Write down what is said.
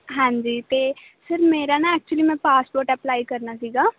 ਹਾਂਜੀ ਅਤੇ ਸਰ ਮੇਰਾ ਨਾ ਐਕਚੁਲੀ ਮੈਂ ਪਾਸਪੋਰਟ ਅਪਲਾਈ ਕਰਨਾ ਸੀਗਾ